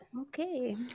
Okay